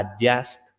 adjust